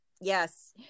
Yes